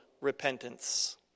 repentance